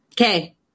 Okay